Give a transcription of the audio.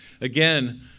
Again